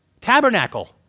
tabernacle